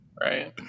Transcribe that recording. Right